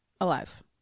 Alive